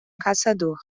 caçador